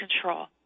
control